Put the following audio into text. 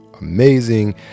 amazing